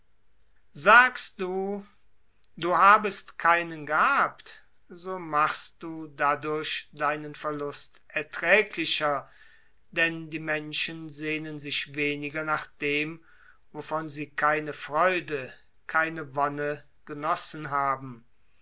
sagt du du habest keinen gehabt so machst du dadurch deinen verlust erträglicher denn die menschen sehnen sich weniger nach dem wovon sie keine freude keine wonne genossen haben